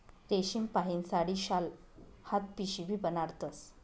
रेशीमपाहीन साडी, शाल, हात पिशीबी बनाडतस